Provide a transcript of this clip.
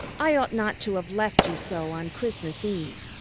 i ought not to have left you so on christmas eve.